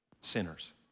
sinners